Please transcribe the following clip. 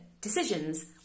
decisions